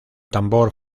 tambor